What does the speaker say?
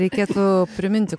reikėtų priminti